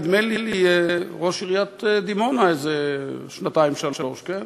נדמה לי, ראש עיריית דימונה איזה שנתיים-שלוש, כן?